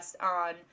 on